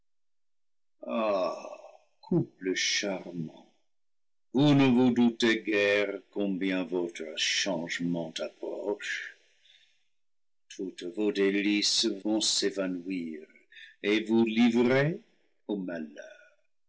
charmant vous ne vous doutez guère combien votre changement approche toutes vos délices vont s'éva nouir et vous livrer au